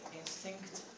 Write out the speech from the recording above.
instinct